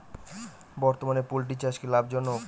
বর্তমানে পোলট্রি চাষ কি লাভজনক?